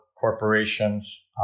corporations